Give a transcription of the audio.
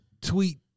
tweet